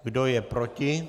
Kdo je proti?